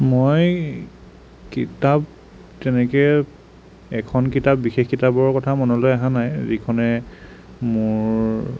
মই কিতাপ তেনেকে এখন কিতাপ বিশেষ কিতাপৰ কথা মনলৈ অহা নাই যিখনে মোৰ